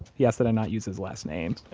he asked that i not use his last name